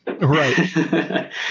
Right